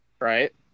right